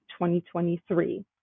2023